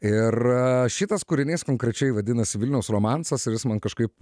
ir šitas kūrinys konkrečiai vadinasi vilniaus romansas ir jis man kažkaip